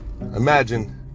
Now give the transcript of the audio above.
Imagine